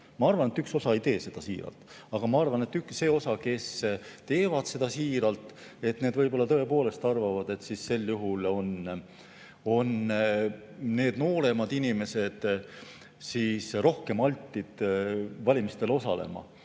ma arvan, et üks osa ei tee seda siiralt, aga ma arvan, et on osa, kes teevad seda siiralt –, tõepoolest arvavad, et sel juhul on need nooremad inimesed siis rohkem altid valimistel osalema,